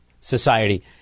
society